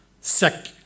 sick